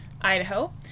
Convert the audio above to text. Idaho